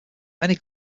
many